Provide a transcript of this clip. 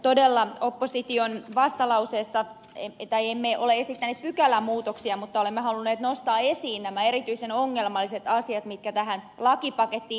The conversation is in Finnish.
todella opposition vastalauseessa emme ole esittäneet pykälämuutoksia mutta olemme halunneet nostaa esiin nämä erityisen ongelmalliset asiat mitkä tähän lakipakettiin liittyvät